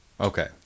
Okay